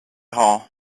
hall